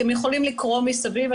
אתם יכולים לקרוא מסביב,